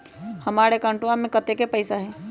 हमार अकाउंटवा में कतेइक पैसा हई?